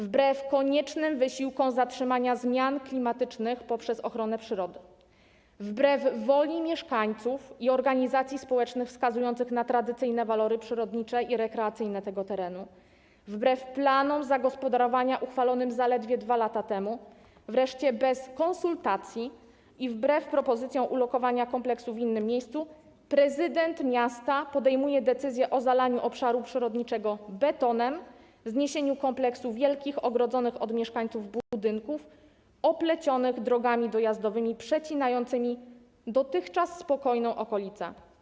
Wbrew koniecznym wysiłkom służącym zatrzymaniu zmian klimatycznych przez ochronę przyrody, wbrew woli mieszkańców i organizacji społecznych wskazujących na tradycyjne walory przyrodnicze i rekreacyjne tego terenu, wbrew planom zagospodarowania uchwalonym zaledwie 2 lata temu, wreszcie bez konsultacji i wbrew propozycjom ulokowania kompleksu w innym miejscu prezydent miasta podejmuje decyzję o zalaniu obszaru przyrodniczego betonem, wzniesieniu kompleksu wielkich, odgrodzonych od mieszkańców budynków oplecionych drogami dojazdowymi przecinającymi spokojną dotychczas okolicę.